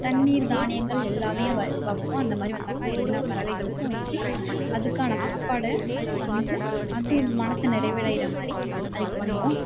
தண்ணீர் தானியங்கள் எல்லாமே வ வைப்போம் அந்த மாதிரி வந்தாக்கால் எல்லா பறவைகளுக்கும் வச்சு அதுக்கான சாப்பாடை அதுக்குத் தந்து அது மனசை நிறைவடைகிற மாதிரி அதுக்குப் பண்ணுவோம்